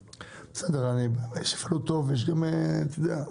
בסדר, יש שיפעלו טוב, ויש גם, אתה יודע.